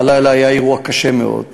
הלילה היה אירוע קשה מאוד בג'לג'וליה,